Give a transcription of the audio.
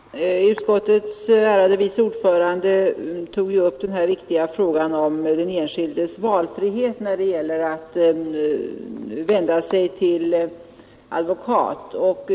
Herr talman! Utskottets ärade vice ordförande tog upp den viktiga frågan om den enskildes valfrihet när det gäller att vända sig till advokat.